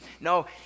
no